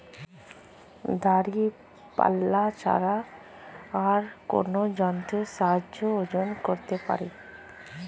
দাঁড়িপাল্লা ছাড়া আর কোন যন্ত্রের সাহায্যে ওজন করতে পারি?